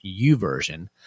uversion